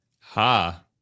Ha